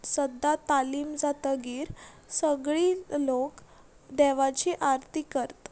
सद्दां तालीम जातकीर सगळीं लोक देवाची आर्ती करता